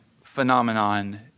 phenomenon